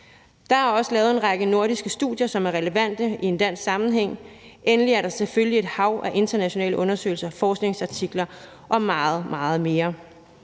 Der er også lavet en række nordiske studier, som er relevante i en dansk sammenhæng, og endelig er der selvfølgelig et hav af internationale undersøgelser og forskningsartikler og meget, meget mere,